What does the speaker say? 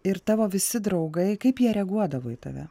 ir tavo visi draugai kaip jie reaguodavo į tave